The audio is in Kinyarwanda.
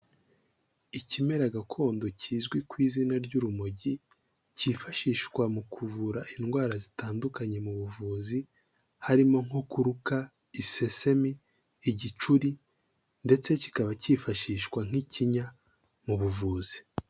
Ikimera gakondo kizwi ku izina ry'urumogi, kifashishwa mu kuvura indwara zitandukanye mu buvuzi, harimo nko kuruka, isesemi, igicuri ndetse kikaba cyifashishwa nk'ikinya mu buvuzi.